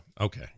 Okay